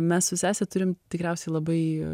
mes su sese turim tikriausiai labai